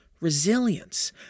resilience